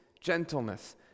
gentleness